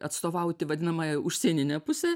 atstovauti vadinamąją užsieninę pusę